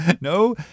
no